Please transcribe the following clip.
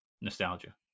nostalgia